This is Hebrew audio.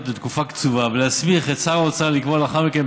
לתקופה קצובה ולהסמיך את שר האוצר לקבוע לאחר מכן,